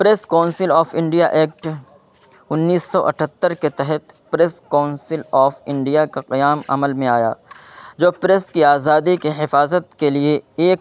press council of India act انیس سو اٹھہتر کے تحت پریس کاؤنسل آف انڈیا کا قیام عمل میں آیا جو پریس کی آزادی کے حفاظت کے لیے ایک